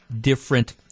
different